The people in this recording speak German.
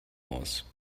aus